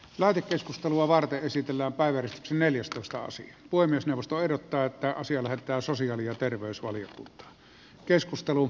lähetekeskustelua varten esitellään päivät neljäs koska se voi myös puhemiesneuvosto ehdottaa että asia lähetetään sosiaali ja terveysvaliokuntaan